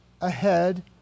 ahead